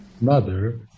mother